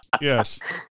Yes